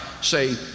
say